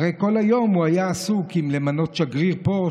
הרי כל היום הוא היה עסוק בלמנות שגריר פה,